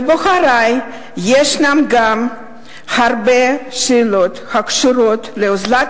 לבוחרי יש גם הרבה שאלות הקשורות לאוזלת